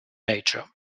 nature